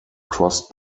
crossed